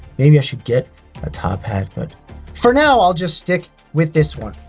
maybe i should get a top hat. but for now i'll just stick with this one.